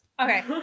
Okay